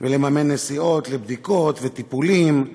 ולממן נסיעות לבדיקות וטיפולים,